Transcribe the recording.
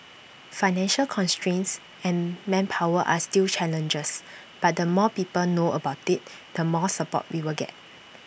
financial constraints and manpower are still challenges but the more people know about IT the more support we will get